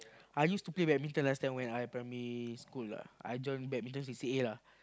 I used to play badminton last time when I primary school lah I join badminton C_C_A lah